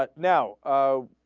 but now ah.